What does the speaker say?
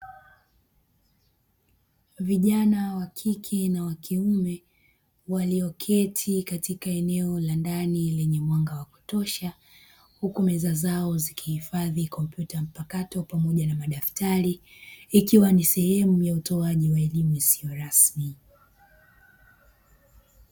Vijana wakike na wakiume walioketi katika eneo la ndani lenye mwanga wa kutosha, huku meza zao zikiwa na kompyuta mpakato ikiwa ni sehemu ya kutoa elimu isiyo rasmi.